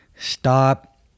stop